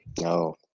No